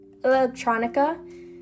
electronica